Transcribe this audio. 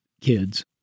kids